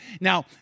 Now